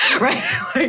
Right